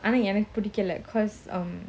I mean எனக்குபிடிக்கல:enaku pidikala like cause um